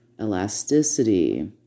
elasticity